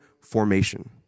formation